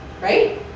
right